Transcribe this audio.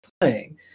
playing